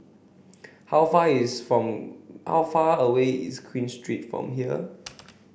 how far away is Queen Street from here